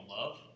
love